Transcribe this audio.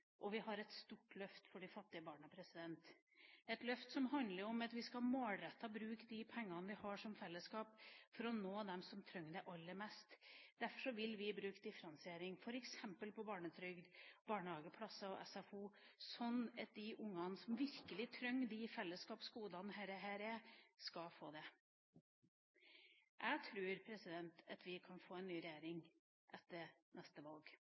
Vi har et stort løft for de fattige barna, et løft som handler om at vi målrettet skal bruke de pengene vi har i fellesskap for å nå dem som trenger det aller mest. Derfor vil vi bruke differensiering på f.eks. barnetrygd, barnehageplasser og SFO, slik at de ungene som virkelig trenger de fellesskapsgodene dette er, skal få det. Jeg tror at vi kan få en ny regjering etter neste valg.